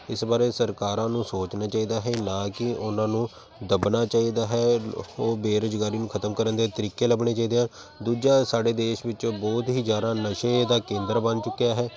ਇਸ ਬਾਰੇ ਸਰਕਾਰਾਂ ਨੂੰ ਸੋਚਣਾ ਚਾਹੀਦਾ ਹੈ ਨਾ ਕਿ ਉਹਨਾਂ ਨੂੰ ਦੱਬਣਾ ਚਾਹੀਦਾ ਹੈ ਉਹ ਬੇਰੁਜ਼ਗਾਰੀ ਨੂੰ ਖਤਮ ਕਰਨ ਦੇ ਤਰੀਕੇ ਲੱਭਣੇ ਚਾਹੀਦੇ ਆ ਦੂਜਾ ਸਾਡੇ ਦੇਸ਼ ਵਿੱਚ ਬਹੁਤ ਹੀ ਜ਼ਿਆਦਾ ਨਸ਼ੇ ਦਾ ਕੇਂਦਰ ਬਣ ਚੁੱਕਿਆ ਹੈ